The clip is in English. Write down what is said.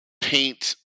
paint